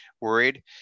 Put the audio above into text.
worried